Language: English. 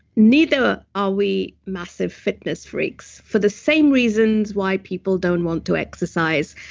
neither are we massive fitness freaks for the same reasons why people don't want to exercise.